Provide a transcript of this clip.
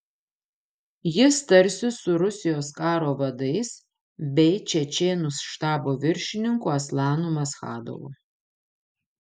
jis tarsis su rusijos karo vadais bei čečėnų štabo viršininku aslanu maschadovu